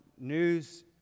news